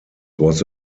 was